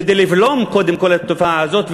קודם כול כדי לבלום את התופעה הזאת,